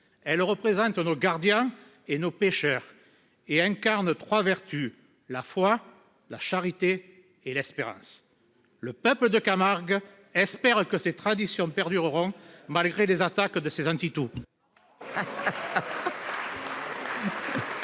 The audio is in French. Celle-ci évoque nos gardians et nos pêcheurs. Elle incarne trois vertus : la foi, la charité et l'espérance. Eh bien, le peuple de Camargue espère que ses traditions perdureront, malgré les attaques des « anti-tout